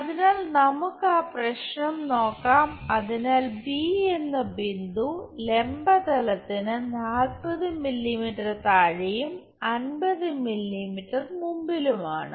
അതിനാൽ നമുക്ക് ആ പ്രശ്നം നോക്കാം അതിനാൽ ബി എന്ന ബിന്ദു ലംബ തലത്തിന് 40 മില്ലീമീറ്റർ താഴെയും 50 മില്ലീമീറ്റർ മുമ്പിലുമാണ്